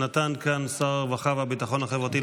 שנתן כאן שר הרווחה והביטחון החברתי,